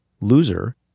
loser